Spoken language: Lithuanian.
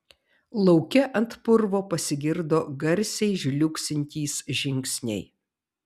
lauke ant purvo pasigirdo garsiai žliugsintys žingsniai